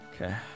Okay